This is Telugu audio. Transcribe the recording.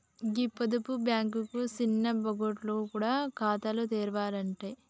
గీ పొదుపు బాంకులు సిన్న పొలగాండ్లకు గూడ ఖాతాలు తెరవ్వట్టే